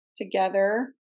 together